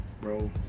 bro